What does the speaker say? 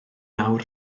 awr